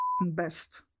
best